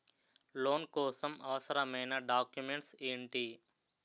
Loan కోసం అవసరమైన documents ఎంటి?